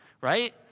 right